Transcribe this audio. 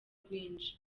rwinshi